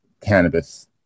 cannabis